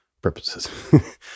purposes